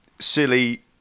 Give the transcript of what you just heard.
silly